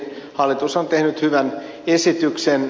hallitus on tehnyt hyvän esityksen